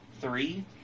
three